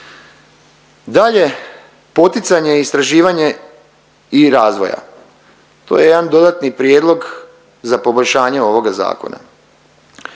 Dalje, poticanje i istraživanje i razvoja. To je jedan dodatni prijedlog za poboljšanje ovoga zakona.